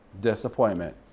disappointment